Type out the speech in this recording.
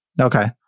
Okay